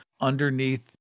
underneath